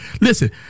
listen